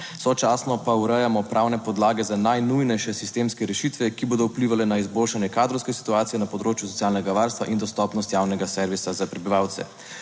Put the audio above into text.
Sočasno pa urejamo pravne podlage za najnujnejše sistemske rešitve, ki bodo vplivale na izboljšanje kadrovske situacije na področju socialnega varstva in dostopnost javnega servisa za prebivalce.